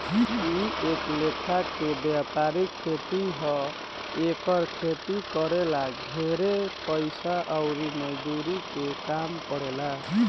इ एक लेखा के वायपरिक खेती ह एकर खेती करे ला ढेरे पइसा अउर मजदूर के काम पड़ेला